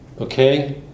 Okay